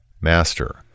Master